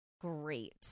great